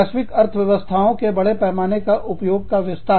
वैश्विक अर्थव्यवस्थाओं के बड़े पैमाने के उपयोग का विस्तार